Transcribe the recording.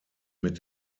mit